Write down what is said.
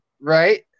Right